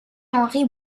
henri